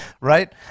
right